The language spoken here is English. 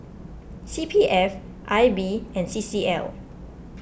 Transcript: C P F I B and C C L